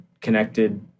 connected